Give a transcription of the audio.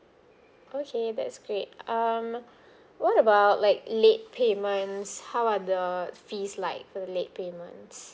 okay that's great um what about like late payments how are the fees like for the late payments